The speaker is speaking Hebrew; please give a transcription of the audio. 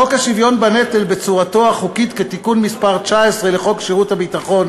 חוק השוויון בנטל בצורתו החוקית כתיקון מס' 19 לחוק שירות ביטחון